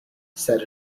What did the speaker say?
said